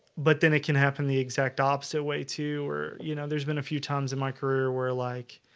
but then it can happen the exact opposite way to or you know, there's been a few times in my career where like